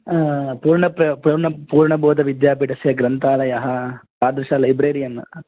पूर्ण प्र पूर्णप् पूर्णबोध विद्यापीठस्य ग्रन्थालयः तादृश लैब्रेरियन्